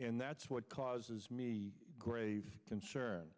and that's what causes me grave concern